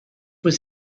was